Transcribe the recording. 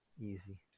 easy